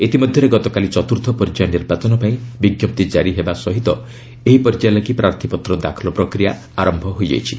ଇତିମଧ୍ୟରେ ଗତକାଲି ଚତୁର୍ଥ ପର୍ଯ୍ୟାୟ ନିର୍ବାଚନ ପାଇଁ ବିଞ୍ଜପ୍ତି ଜାରି ହେବା ସହ ଏହି ପର୍ଯ୍ୟାୟ ଲାଗି ପ୍ରାର୍ଥୀପତ୍ର ଦାଖଲ ପ୍ରକ୍ରିୟା ଆରମ୍ଭ ହୋଇଯାଇଛି